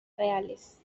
reales